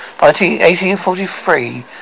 1843